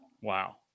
Wow